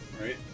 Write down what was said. Right